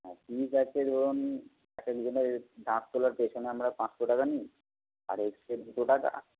হ্যাঁ ফিজ আছে ধরুন এক একজনের দাঁত তোলার পেছনে আমরা পাঁচশো টাকা নিই আর এক্সরের দুশো টাকা